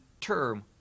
term